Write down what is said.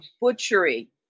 butchery